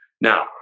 Now